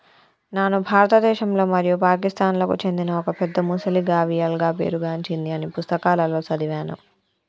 నాను భారతదేశంలో మరియు పాకిస్తాన్లకు చెందిన ఒక పెద్ద మొసలి గావియల్గా పేరు గాంచింది అని పుస్తకాలలో సదివాను